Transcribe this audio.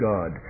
God